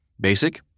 basic